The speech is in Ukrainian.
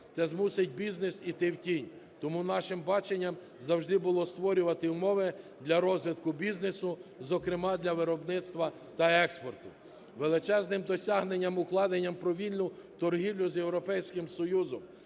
це змусить бізнес іти в тінь. Тому нашим баченням завжди було створювати умови для розвитку бізнесу, зокрема для виробництва та експорту. Величезним досягненням є укладення угоди про вільну торгівлю з Європейським Союзом,